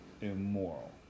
immoral